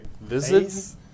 visits